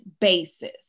basis